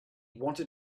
wanted